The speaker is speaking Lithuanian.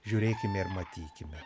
žiūrėkime ir matykime